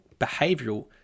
behavioural